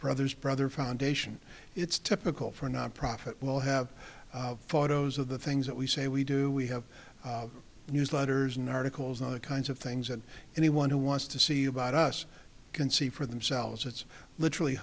brothers brother foundation it's typical for nonprofit will have photos of the things that we say we do we have newsletters and articles on the kinds of things that anyone who wants to see about us can see for themselves it's literally